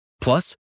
Plus